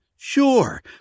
Sure